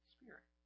Spirit